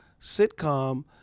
sitcom